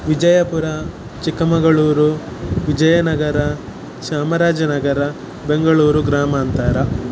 ವಿಜಯಪುರ ಚಿಕ್ಕಮಗಳೂರು ವಿಜಯನಗರ ಚಾಮರಾಜನಗರ ಬೆಂಗಳೂರು ಗ್ರಾಮಾಂತರ